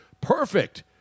perfect